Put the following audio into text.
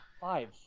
five